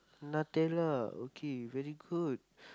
Nutella okay very good